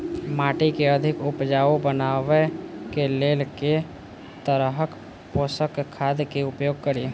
माटि केँ अधिक उपजाउ बनाबय केँ लेल केँ तरहक पोसक खाद केँ उपयोग करि?